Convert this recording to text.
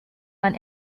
man